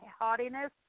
haughtiness